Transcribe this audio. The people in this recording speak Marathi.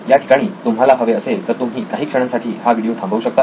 या ठिकाणी तुम्हाला हवे असेल तर तुम्ही काही क्षणांसाठी हा व्हिडीओ थांबवू शकता